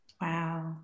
Wow